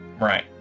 Right